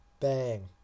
Bang